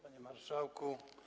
Panie Marszałku!